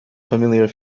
familiar